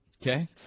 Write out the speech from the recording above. Okay